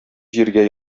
җиргә